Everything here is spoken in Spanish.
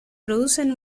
producen